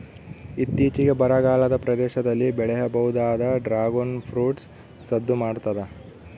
ಇತ್ತೀಚಿಗೆ ಬರಗಾಲದ ಪ್ರದೇಶದಲ್ಲಿ ಬೆಳೆಯಬಹುದಾದ ಡ್ರಾಗುನ್ ಫ್ರೂಟ್ ಸದ್ದು ಮಾಡ್ತಾದ